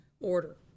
order